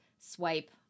swipe